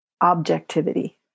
objectivity